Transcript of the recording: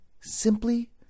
simply